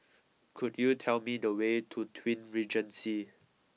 could you tell me the way to Twin Regency